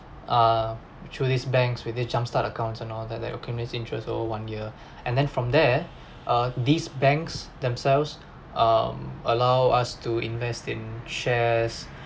uh through these banks with their jumpstart accounts and all that that accumulates interest over one year and then from there uh these banks themselves um allow us to invest in shares